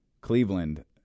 Cleveland